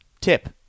Tip